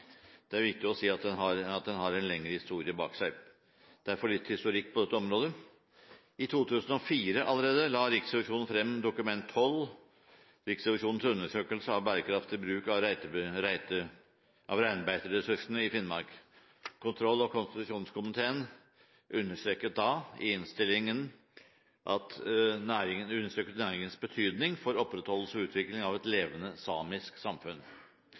det er viktig å si at den har en lengre historie bak seg. Derfor litt historikk på dette området: Allerede i 2004 la Riksrevisjonen frem Dokument nr. 3:12 for 2003–2004, Riksrevisjonens undersøkelse av bærekraftig bruk av reinbeiteressursene i Finnmark. Kontroll- og konstitusjonskomiteen understreket da i innstillingen næringens betydning for opprettholdelse og utvikling av et levende samisk samfunn.